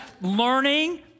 Learning